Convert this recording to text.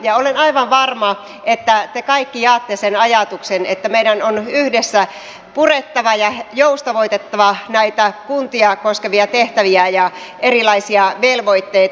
ja olen aivan varma että te kaikki jaatte sen ajatuksen että meidän on yhdessä purettava ja joustavoitettava näitä kuntia koskevia tehtäviä ja erilaisia velvoitteita